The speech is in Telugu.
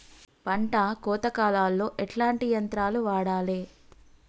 పంట కోత కాలాల్లో ఎట్లాంటి యంత్రాలు వాడాలే?